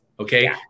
Okay